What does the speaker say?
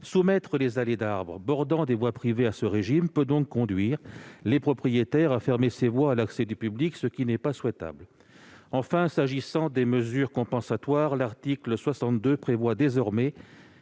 soumettre les allées d'arbres bordant des voies privées à ce régime peut donc conduire les propriétaires à fermer ces voies à l'accès du public, ce qui n'est pas souhaitable. Enfin, en ce qui concerne les mesures compensatoires, l'article 62 prévoit qu'elles